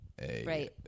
Right